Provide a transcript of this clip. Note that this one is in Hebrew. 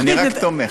אני רק תומך.